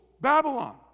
Babylon